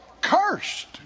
cursed